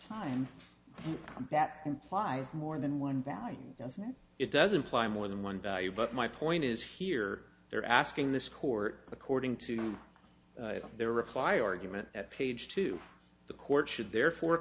time that implies more than one value it doesn't apply more than one value but my point is here they're asking this court according to their reply argument at page two the court should therefore